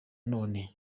none